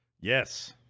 Yes